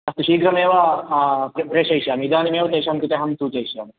अस्तु शीघ्रमेव प्रेषयिष्यामि इदानीमेव तेषां कृते अहं सूचयिष्यामि